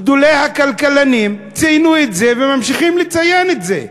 גדולי הכלכלנים ציינו את זה וממשיכים לציין את זה,